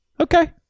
Okay